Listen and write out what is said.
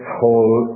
whole